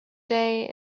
day